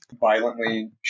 violently